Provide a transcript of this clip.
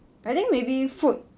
I think maybe food